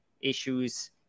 issues